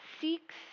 seeks